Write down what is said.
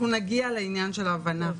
אנחנו נגיע לעניין של ההבנה.